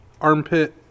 Armpit